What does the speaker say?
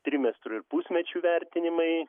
trimestrų ir pusmečių vertinimai